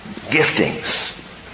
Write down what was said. giftings